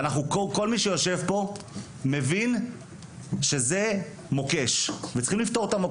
כל מי שיושב פה מבין שזהו מוקש, וצריך לפתור אותו.